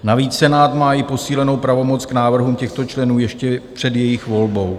Navíc Senát má i posílenou pravomoc k návrhu těchto členů ještě před jejich volbou.